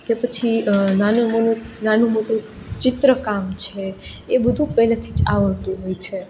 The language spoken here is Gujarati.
તે પછી નાનું મોનું નાનું મોટું ચિત્રકામ છે એ બધું પહેલેથી જ આવડતું હોય છે